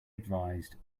advised